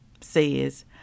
says